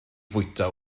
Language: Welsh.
fwyta